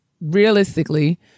realistically